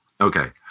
okay